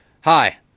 hi